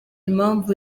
impamvu